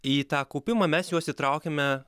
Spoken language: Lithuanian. į tą kaupimą mes juos įtraukiame